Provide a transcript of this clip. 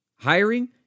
Hiring